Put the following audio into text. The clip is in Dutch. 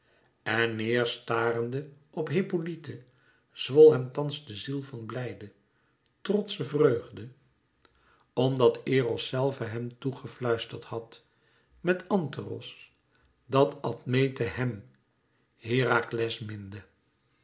en neêr starende op hippolyte zwol hem thans de ziel van blijde trotsche vreugde omdat eros zelve hem toe gefluisterd had met anteros dat admete hem herakles minde